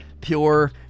pure